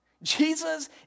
Jesus